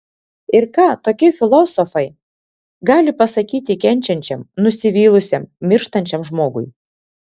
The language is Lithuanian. ir ką tokie filosofai gali pasakyti kenčiančiam nusivylusiam mirštančiam žmogui